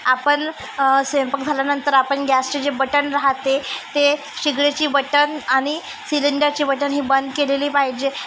आपण स्वयंपाक झाल्यानंतर आपण गॅसचे जे बटन राहते ते शेगडीचे बटन आणि सिलेंडरचे बटन हे बंद केलेली पाहिजे